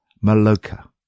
Maloka